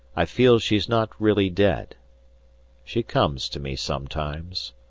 i feel she's not really dead she comes to me sometimes,